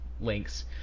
links